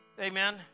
Amen